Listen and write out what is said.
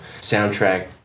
soundtrack